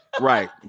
Right